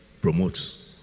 promotes